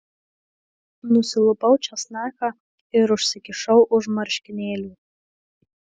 nusilupau česnaką ir užsikišau už marškinėlių